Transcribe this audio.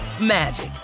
magic